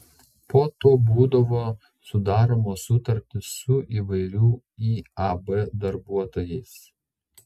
po to būdavo sudaromos sutartys su įvairių iab darbuotojais